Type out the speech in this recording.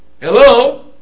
Hello